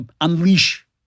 unleash